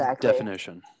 definition